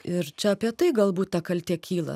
ir čia apie tai galbūt ta kaltė kyla